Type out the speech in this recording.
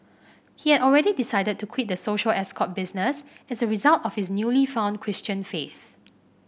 he had already decided to quit the social escort business as a result of his newly found Christian faith